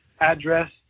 address